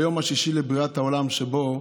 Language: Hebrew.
ביום השישי לבריאת העולם, שבו